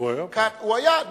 הוא היה.